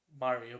Mario